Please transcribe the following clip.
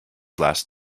last